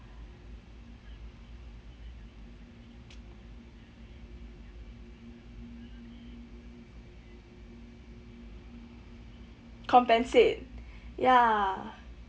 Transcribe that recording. compensate ya